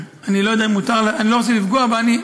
אני לא יודע אם מותר להגיד, אני לא רוצה לפגוע בה.